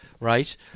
right